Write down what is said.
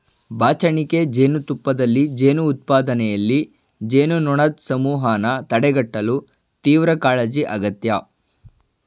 ಬಾಚಣಿಗೆ ಜೇನುತುಪ್ಪದಲ್ಲಿ ಜೇನು ಉತ್ಪಾದನೆಯಲ್ಲಿ, ಜೇನುನೊಣದ್ ಸಮೂಹನ ತಡೆಗಟ್ಟಲು ತೀವ್ರಕಾಳಜಿ ಅಗತ್ಯ